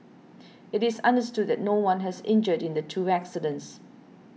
it is understood that no one has injured in the two accidents